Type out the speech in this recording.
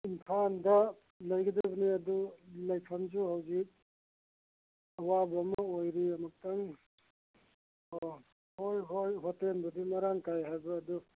ꯏꯝꯐꯥꯜꯗ ꯂꯩꯒꯗꯕꯅꯦ ꯑꯗꯨ ꯂꯩꯐꯝꯁꯦ ꯍꯧꯖꯤꯛ ꯑꯋꯥꯕ ꯑꯃ ꯑꯣꯏꯔꯤ ꯑꯃꯨꯛꯇꯪ ꯑꯣ ꯍꯣꯏ ꯍꯣꯏ ꯍꯣꯇꯦꯜꯕꯨꯗꯤ ꯃꯔꯥꯡ ꯀꯥꯏ ꯍꯥꯏꯕ ꯑꯗꯨ